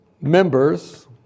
members